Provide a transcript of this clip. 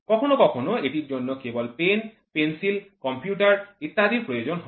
কখনও কখনও এটির জন্য কেবল পেন পেন্সিল কম্পিউটার ইত্যাদির প্রয়োজন হয়